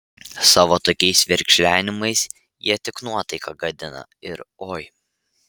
savo tokiais verkšlenimais jie tik nuotaiką gadina ir oi